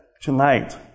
tonight